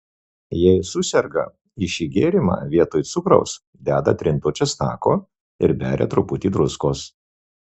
jei suserga į šį gėrimą vietoj cukraus deda trinto česnako ir beria truputį druskos